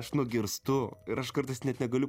aš nugirstu ir aš kartais net negaliu